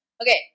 Okay